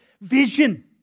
Vision